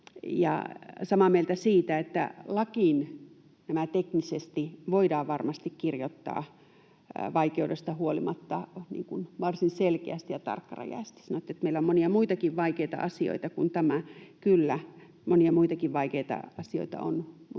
kanssanne siitä, että lakiin nämä teknisesti voidaan varmasti kirjoittaa vaikeudesta huolimatta varsin selkeästi ja tarkkarajaisesti. Sanoitte, että meillä on monia muitakin vaikeita asioita kuin tämä. Kyllä, monia muitakin vaikeita asioita on,